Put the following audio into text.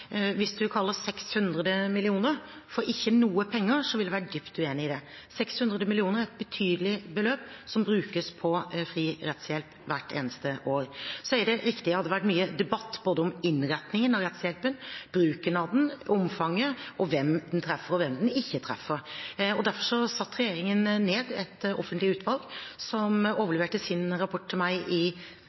Hvis en kaller 600 mill. kr for ikke noe penger, vil jeg være dypt uenig i det. 600 mill. kr er et betydelig beløp, som brukes på fri rettshjelp hvert eneste år. Så er det riktig at det har vært mye debatt både om innretningen på rettshjelpen, bruken av den, omfanget, og hvem den treffer, og hvem den ikke treffer. Derfor satte regjeringen ned et offentlig utvalg som overleverte sin rapport til meg i